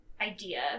idea